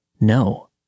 No